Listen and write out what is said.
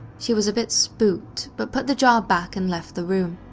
she was a bit spooked, but put the jar back and left the room.